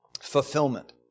Fulfillment